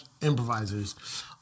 improvisers